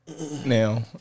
Now